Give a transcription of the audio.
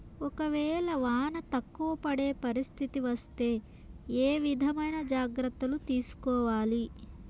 ఒక వేళ వాన తక్కువ పడే పరిస్థితి వస్తే ఏ విధమైన జాగ్రత్తలు తీసుకోవాలి?